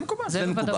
זה מקובל.